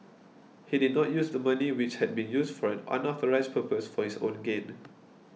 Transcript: he did not use the money which had been used for an unauthorised purpose for his own gain